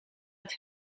het